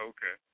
Okay